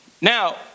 Now